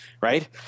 right